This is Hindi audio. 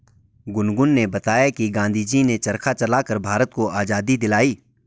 गुनगुन ने बताया कि गांधी जी ने चरखा चलाकर भारत को आजादी दिलाई